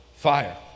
fire